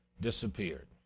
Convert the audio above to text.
disappeared